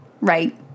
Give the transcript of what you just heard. Right